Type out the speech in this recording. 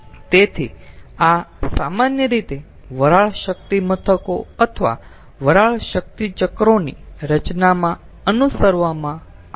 તેથી આ સામાન્ય રીતે વરાળ શક્તિ મથકો અથવા વરાળ શક્તિ ચક્રોની રચનામાં અનુસરવામાં આવે છે